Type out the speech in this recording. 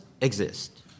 exist